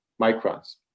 microns